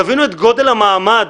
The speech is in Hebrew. תבינו את גודל המעמד,